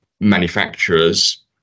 manufacturers